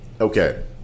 okay